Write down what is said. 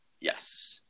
Yes